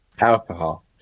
Alcohol